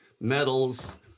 medals